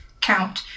count